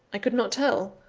i could not tell.